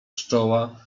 czoła